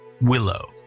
Willow